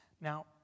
Now